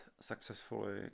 successfully